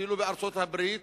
אפילו בארצות-הברית,